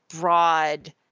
broad